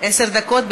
עשר דקות.